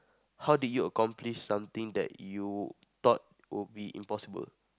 how did you accomplished something that you thought will be impossible